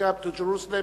welcome to Jerusalem,